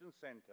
center